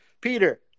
Peter